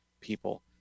people